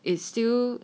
it's still